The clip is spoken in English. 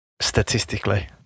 statistically